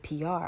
PR